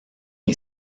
est